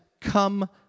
come